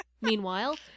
Meanwhile